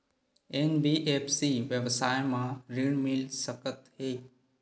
NBFC व्यवसाय मा ऋण मिल सकत हे